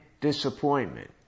disappointment